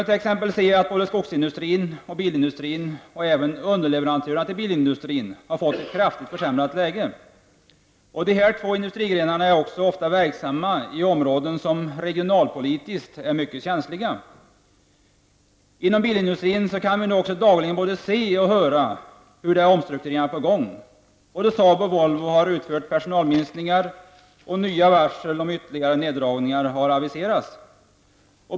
Både skogsindustrin och bilindustrin, men även underleverantörerna till bilindustrin, har fått ett kraftigt försämrat läge. När det gäller de här två industrigrenarna har man ofta verksamhet i områden som regionalpolitiskt är mycket känsliga. Beträffande bilindustrin kan vi dagligen både se och höra att omstruktureringar är på gång. Såväl SAAB som Volvo har genomfört personalminskningar, och nya varsel om ytterligare neddragningar har aviserats.